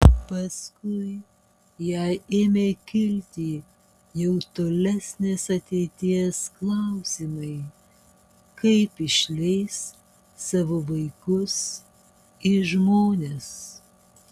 paskui jai ėmė kilti jau tolesnės ateities klausimai kaip išleis savo vaikus į žmones